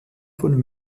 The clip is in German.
von